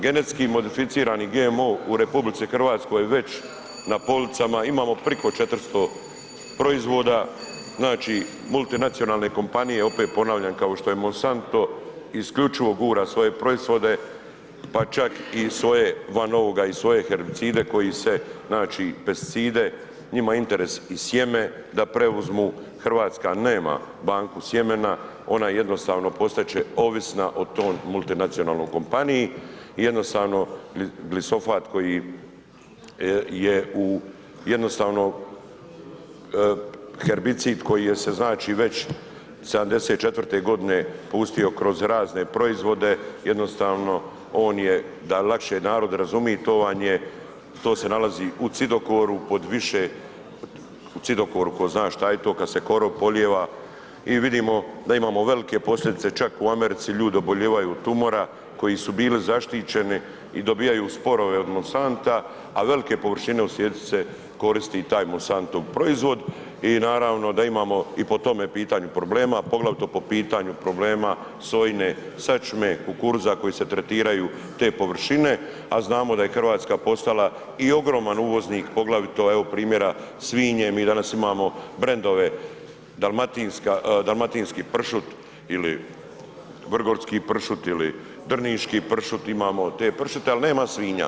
Genetski modificirani GMO u RH je već na policama, imamo priko 400 proizvoda, znači multinacionalne kompanije, opet ponavljam, kao što je Monsanto isključivo gura svoje proizvode, pa čak i svoje van ovoga i svoje herbicide koji se znači pesticide, njima je interes i sjeme da preuzmu, RH nema banku sjemena, ona jednostavno postat će ovisna o toj multinacionalnoj kompaniji i jednostavno glisofat koji je u, jednostavno herbicid koji je se znači već '74.g. pustio kroz razne proizvode jednostavno on je, da lakše narod razumi, to vam je, to se nalazi u cidokoru pod više, u cidokoru tko zna šta je to kad se korov polijeva i vidimo da imamo velike posljedice, čak u Americi ljudi oboljevaju od tumora koji su bili zaštićeni i dobivaju sporove od Monsanta, a velike površine u svijetu se koristi taj Monsantov proizvod i naravno da imamo i po tome pitanju problema, poglavito po pitanju problema sojine sačme, kukuruza koji se tretiraju te površine, a znamo da je RH postala i ogroman uvoznik, poglavito evo primjera svinje, mi danas imamo brendove, dalmatinski pršut ili vrgorski pršut ili drniški pršut imamo te pršute, ali nema svinja.